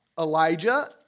Elijah